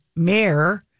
Mayor